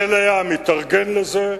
חיל הים התארגן לזה,